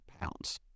pounds